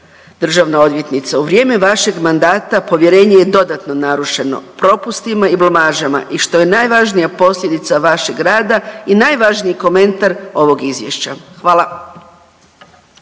državna odvjetnice u vrijeme vašeg mandata povjerenje je dodatno narušeno propustima i blamažama i što je najvažnije posljedica vašeg rada je najvažniji komentar ovog izvješća. Hvala.